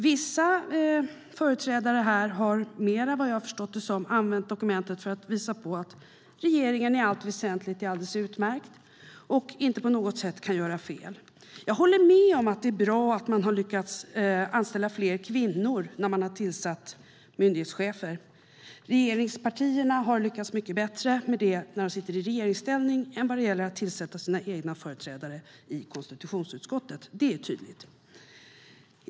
Vissa företrädare här har, vad jag har förstått, mer använt dokumentet för att visa att regeringen i allt väsentligt är alldeles utmärkt och inte på något sätt kan göra fel. Jag håller med om att det är bra att man har lyckats anställa fler kvinnor när man har tillsatt myndighetschefer. Regeringspartierna har lyckats mycket bättre med det när de sitter i regeringsställning än när det gäller att tillsätta sina egna företrädare i konstitutionsutskottet; det är tydligt.